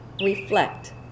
reflect